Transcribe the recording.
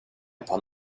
upon